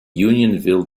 unionville